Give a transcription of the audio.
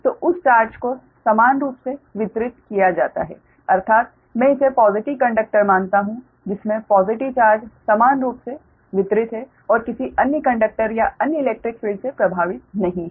तो उस चार्ज को समान रूप से वितरित किया जाता है अर्थात मैं इसे पॉज़िटिव कंडक्टर मानता हूँ जिसमे पॉज़िटिव चार्ज समान रूप से वितरित है और किसी अन्य कंडक्टर या अन्य इलेक्ट्रिक फील्ड से प्रभावित नहीं है